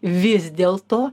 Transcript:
vis dėl to